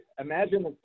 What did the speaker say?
imagine